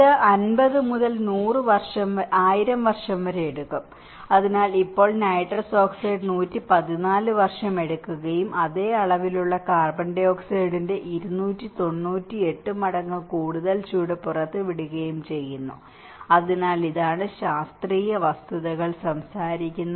ഇത് 50 മുതൽ 1000 വർഷം വരെ എടുക്കും അതിനാൽ ഇപ്പോൾ നൈട്രസ് ഓക്സൈഡ് 114 വർഷമെടുക്കുകയും അതേ അളവിലുള്ള CO2 ന്റെ 298 മടങ്ങ് കൂടുതൽ ചൂട് പുറത്തുവിടുകയും ചെയ്യുന്നു അതിനാൽ ഇതാണ് ശാസ്ത്രീയ വസ്തുതകൾ സംസാരിക്കുന്നത്